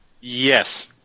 Yes